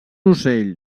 ocell